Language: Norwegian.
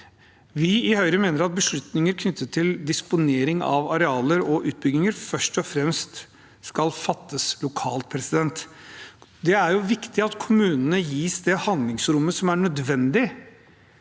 Vi i Høyre mener at beslutninger knyttet til disponering av arealer og utbygginger først og fremst skal fattes lokalt. Det er viktig at kommunene gis det handlingsrommet som er nødvendig